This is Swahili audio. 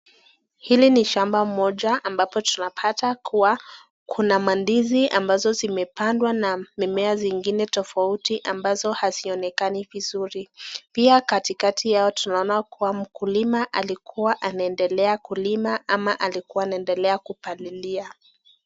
Hili ni shampa moja ambapo tunapata kuwa kuna mandizi ambazo zimepandwa na mimea ingine tofauti ambazo hazionekani vizuri. pia katikati yao tunaoana kuwa kulima anaendelea kulima ama anaendelea kupalilia.